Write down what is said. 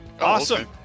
Awesome